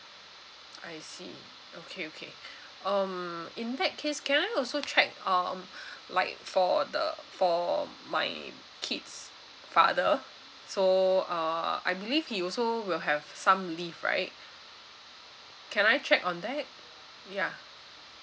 I see okay okay um in that case can I also check um like for the for my kid's father so uh I believe he also will have some leave right can I check on that ya